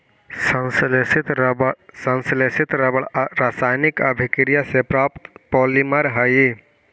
संश्लेषित रबर रासायनिक अभिक्रिया से प्राप्त पॉलिमर हइ